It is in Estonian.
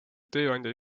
tööandja